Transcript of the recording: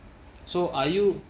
so are you